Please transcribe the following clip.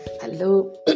Hello